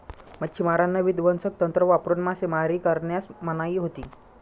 मच्छिमारांना विध्वंसक तंत्र वापरून मासेमारी करण्यास मनाई होती